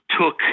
took